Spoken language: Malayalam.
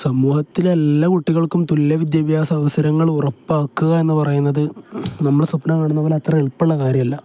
സമൂഹത്തിൽ എല്ലാ കുട്ടികൾക്കും തുല്യ വിദ്യാഭ്യാസ അവസരങ്ങൾ ഉറപ്പാക്കുക എന്ന് പറയുന്നത് നമ്മൾ സ്വപ്നം കാണുന്ന പോലെ അത്ര എളുപ്പമുള്ള കാര്യമല്ല